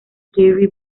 carrie